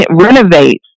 renovate